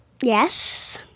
Yes